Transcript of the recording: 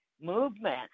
movement